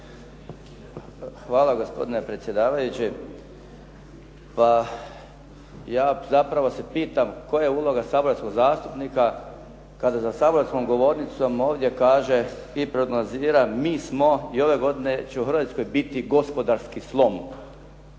Hvala, gospodine predsjedavajući. Pa ja zapravo se pitam koja je uloga saborskoga zastupnika kada za saborskom govornicom ovdje kaže i prognozira mi smo i ove godine će u Hrvatskoj biti gospodarski slom.